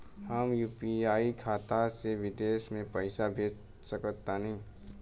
हम यू.पी.आई खाता से विदेश म पइसा भेज सक तानि?